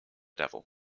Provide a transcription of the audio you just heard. devil